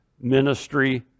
ministry